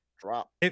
drop